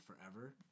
forever